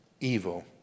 evil